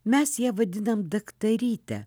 mes ją vadinam daktaryte